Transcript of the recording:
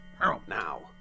Now